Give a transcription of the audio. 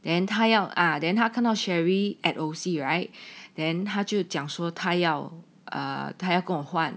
then 他要啊 then 他看到 sherri at O_C right then 他就讲说他要他要跟我换